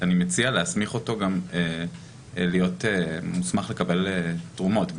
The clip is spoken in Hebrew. אני מציע להסמיך אותו גם להיות מוסמך לקבל תרומות.